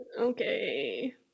Okay